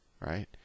right